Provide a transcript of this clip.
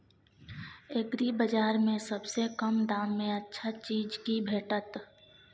एग्रीबाजार में सबसे कम दाम में अच्छा चीज की भेटत?